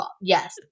yes